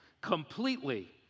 completely